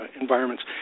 environments